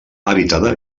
habitada